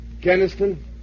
Keniston